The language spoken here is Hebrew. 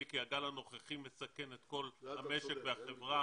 כי הגל הנוכחי מסכן את כל המשק והחברה